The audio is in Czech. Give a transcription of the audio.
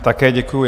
Také děkuju.